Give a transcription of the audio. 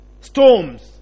storms